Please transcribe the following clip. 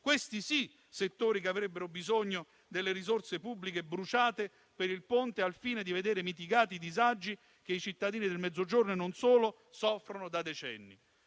questi sì, settori che avrebbero bisogno delle risorse pubbliche bruciate per il Ponte, al fine di vedere mitigati i disagi che i cittadini del Mezzogiorno, e non solo, soffrono da decenni.